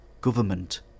government